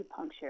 acupuncture